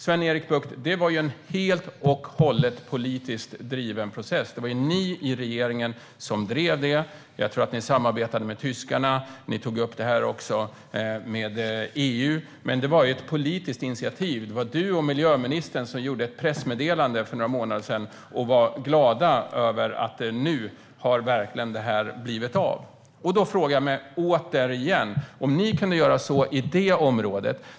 Detta var en helt och hållet politiskt driven process, Sven-Erik Bucht. Det var ni i regeringen som drev detta. Jag tror att ni samarbetade med tyskarna. Ni tog också upp detta med EU. Men det var som sagt ett politiskt initiativ från dig och miljöministern genom ett pressmeddelande för några månader sedan. Ni var glada över att detta nu verkligen hade blivit av. Om ni kunde göra så där i det området undrar jag återigen varför ni inte kan göra samma sak i fler områden.